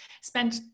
spent